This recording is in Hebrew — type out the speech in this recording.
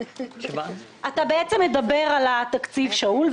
אתה בעצם מדבר על התקציב, שאול.